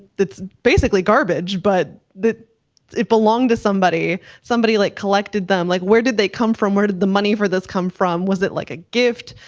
it's basically garbage but that it belonged to somebody, somebody like collected them. like where did they come from? where did the money for this come from? was it like a gift?